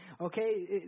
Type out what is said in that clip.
Okay